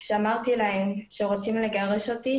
כשאמרתי להם שרוצים לגרש אותי,